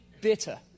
bitter